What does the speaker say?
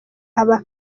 aba